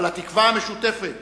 אבל התקווה המשותפת